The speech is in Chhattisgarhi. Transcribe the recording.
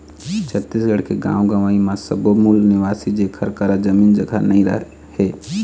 छत्तीसगढ़ के गाँव गंवई म सब्बो मूल निवासी जेखर करा जमीन जघा नइ हे